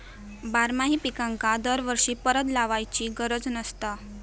बारमाही पिकांका दरवर्षी परत लावायची गरज नसता